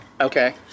Okay